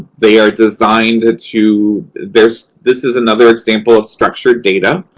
they are designed ah to. this this is another example of structured data.